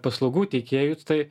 paslaugų teikėjų tai